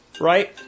Right